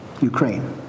Ukraine